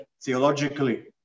theologically